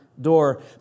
door